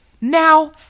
now